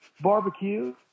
barbecue